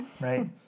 right